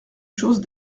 chose